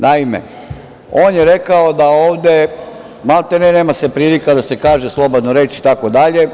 Naime, on je rekao da ovde, maltene nema se prilika da se kaže slobodna reč itd.